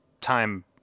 time